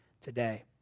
today